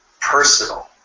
personal